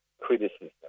criticism